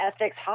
ethics